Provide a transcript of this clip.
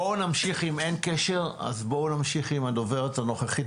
אם אין קשר, בואו נמשיך עם הדוברת הנוכחית.